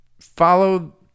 Follow